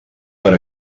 per